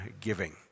giving